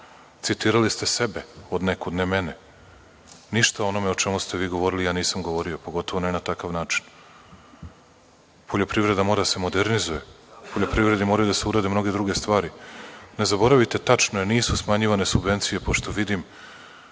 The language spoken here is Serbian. Citirali ste sebe od nekud, ne mene. Ništa o onome o čemu ste vi govorili ja nisam govorio, pogotovo ne na takav način. Poljoprivreda mora da se modernizuje. U poljoprivredi mora da se urade mnoge druge stvari. Ne zaboravite, tačno je, nisu smanjivane subvencije, pošto vidim,